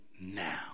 now